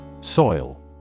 Soil